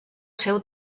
seu